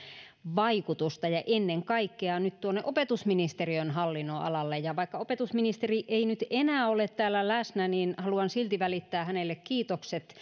vaikutusta ja ennen kaikkea nyt tuonne opetusministeriön hallinnonalalle ja vaikka opetusministeri ei nyt enää ole täällä läsnä niin haluan silti välittää hänelle kiitokset